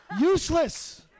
Useless